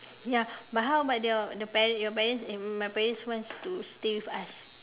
ya but how about your the parents your parents and my parents wants to stay with us